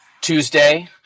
Tuesday